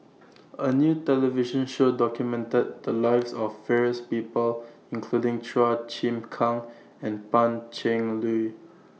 A New television Show documented The Lives of various People including Chua Chim Kang and Pan Cheng Lui